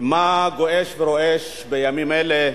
מה גועש ורועש בימים אלה,